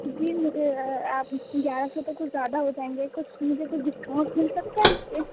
جی آپ گیارہ سو تو کچھ زیادہ ہو جائیں گے کچھ مجھے کچھ ڈسکاؤنٹ مل سکتا ہے اس پہ